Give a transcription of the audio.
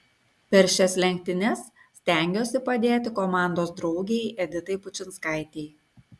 per šias lenktynes stengsiuosi padėti komandos draugei editai pučinskaitei